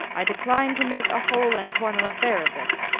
i decline to make a hole-and-corner affair of this.